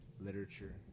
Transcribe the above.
literature